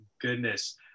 goodness